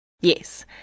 Yes